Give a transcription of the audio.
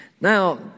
Now